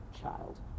child